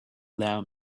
allow